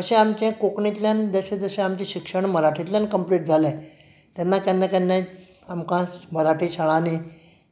अशें आमचें कोंकणींतल्यान जशें जशें शिक्षण मराठींतल्यान कम्प्लीट जालें तेन्ना केन्ना केन्नाय आमकां मराठी शाळांनी